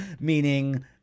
meaning